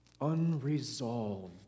unresolved